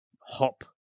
hop